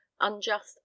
unjust